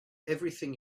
everything